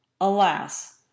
Alas